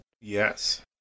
Yes